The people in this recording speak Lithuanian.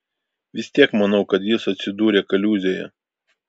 vis tiek manau kad jis atsidūrė kaliūzėje